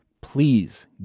please